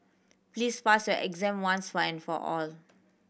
please pass your exam once and for all